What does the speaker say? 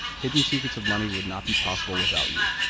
hidden secrets of money would not be possible without you